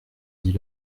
dit